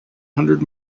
hundred